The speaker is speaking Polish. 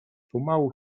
pomału